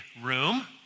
room